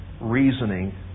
reasoning